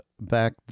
back